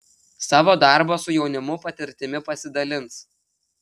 savo darbo su jaunimu patirtimi pasidalins